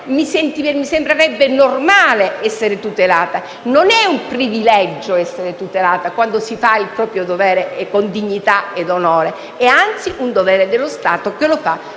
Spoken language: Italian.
mi sembrerebbe normale essere tutelata. Non è un privilegio essere tutelati, quando si fa il proprio dovere con dignità ed onore, ed è anzi un dovere dello Stato che lo fa,